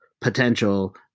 potential